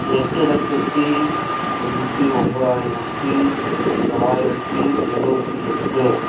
எட்டு லட்சத்து தொண்ணூற்றி ஒம்பதாயிரத்தி தொள்ளாயிரத்தி எழுவத்தி எட்டு